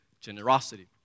generosity